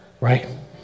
Right